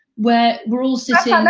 where we're all sitting yeah